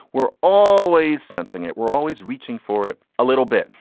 we're always sensing it. we're always reaching for it a little bit.